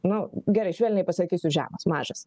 nu gerai švelniai pasakysiu žemas mažas